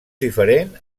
diferent